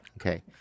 Okay